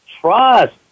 Trust